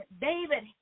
David